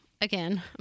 again